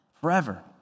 forever